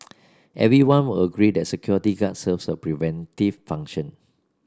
everyone will agree that security guards serve a preventive function